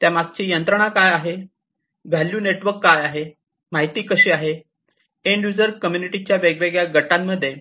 त्यामागची यंत्रणा काय आहे व्हॅल्यू नेटवर्क काय आहे माहिती कशी आहे एंड यूजर कम्युनिटीच्या वेगवेगळ्या गटांमध्ये